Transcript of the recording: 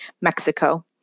Mexico